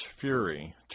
fury